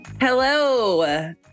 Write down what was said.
Hello